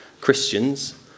Christians